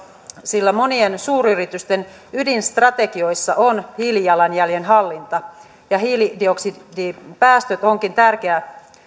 sillä monien suuryritysten ydinstrategioissa on hiilijalanjäljen hallinta ja hiilidioksidipäästöt ovatkin tärkeä